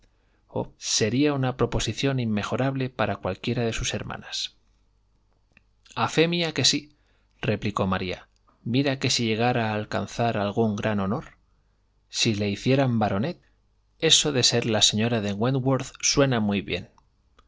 sería una proporción inmejorable para cualquiera de sus hermanas a fe mía que síreplicó maría mira que si llegara a alcanzar algún gran honor si le hicieran baronet eso de ser la señora de wentworth suena muy bien